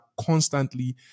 constantly